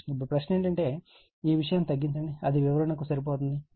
ఇప్పుడు ప్రశ్న ఏమిటంటే ఈ విషయాన్ని తగ్గించండి అది వివరణ కు సరిపోతుంది